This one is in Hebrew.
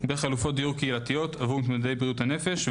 בחלופות דיור קהילתיות עבור מתמודדי בריאות הנפש,